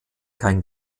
kein